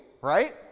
right